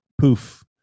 poof